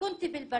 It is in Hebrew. (ממשיכה